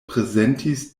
prezentis